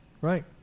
Right